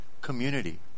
community